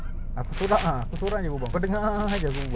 pasal aku tak boleh charge kalau aku charge dia terus masuk AUX